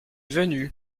venu